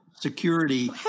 Security